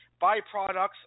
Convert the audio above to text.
byproducts